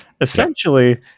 Essentially